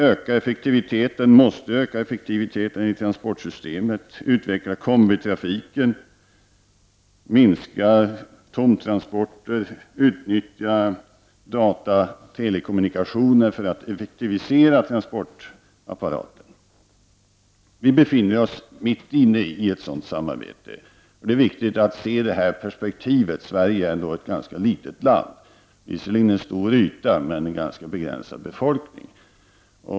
Man måste öka effektiviteten i transportsystemet, utveckla kombitrafiken, minska tomtransporterna, utnyttja dataoch telekommunikationer för att effektivisera transportapparaten. Vi befinner oss mitt inne i ett sådant samarbete. Det är viktigt att se detta perspektiv. Sverige är ändå ett ganska litet land, visserligen med en stor yta, men med en ganska begränsad befolkning.